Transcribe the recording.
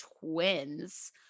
twins